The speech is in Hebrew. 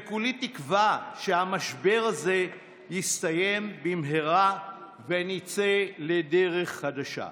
וכולי תקווה שהמשבר הזה יסתיים במהרה ונצא לדרך חדשה.